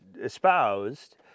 espoused